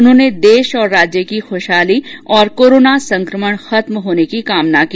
उन्होंने देश और राज्य की खुशहाली और कोरोना संकमण खत्म होने की कामना की